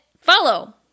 follow